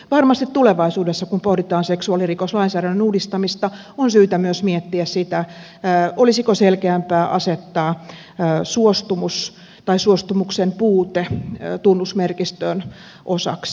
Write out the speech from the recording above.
varmasti tulevaisuudessa kun pohditaan seksuaalirikoslainsäädännön uudistamista on syytä myös miettiä sitä olisiko selkeämpää asettaa suostumus tai suostumuksen puute tunnusmerkistön osaksi